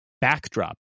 backdrop